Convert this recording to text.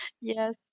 Yes